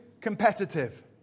competitive